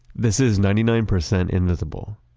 this is ninety nine percent invisible,